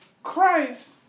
Christ